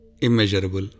immeasurable